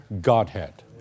Godhead